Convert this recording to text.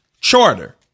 charter